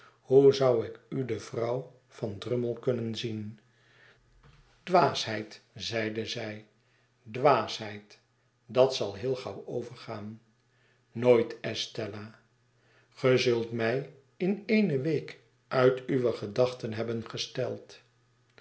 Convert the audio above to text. hoe zou ik udevrouwvan brummie kunnen zien dwaasheid zeide zij dwaasheid i dat zal heel gauw overgaan nooit estella ge zult mij in eene week uit uwe gedachten iiebben gesteld